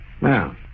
Now